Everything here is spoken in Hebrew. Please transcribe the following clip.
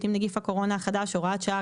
עם נגיף הקורונה החדש (הוראת שעה)